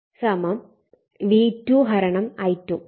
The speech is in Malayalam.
RL V2 I2